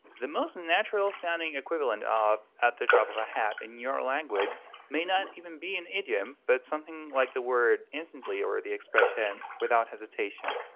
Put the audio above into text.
the most natural-sounding equivalent of at the drop of a hat in your language may not even be an idiom, but something like the word instantly or the expression without hesitation.